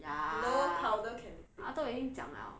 ya 他都已经讲 liao